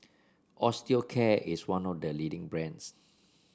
Osteocare is one of the leading brands